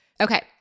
Okay